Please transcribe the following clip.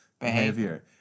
behavior